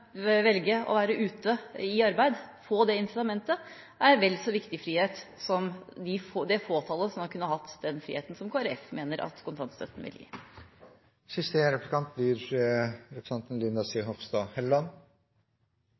velge å være ute i arbeid, å få det incitamentet, er en vel så viktig frihet som den friheten for et fåtall som Kristelig Folkeparti mener at kontantstøtten vil gi.